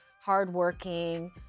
hardworking